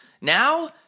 now